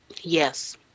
Yes